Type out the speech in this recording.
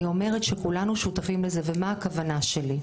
אני אומרת שכולנו שותפים לזה, ומה הכוונה שלי?